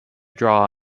draw